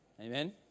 Amen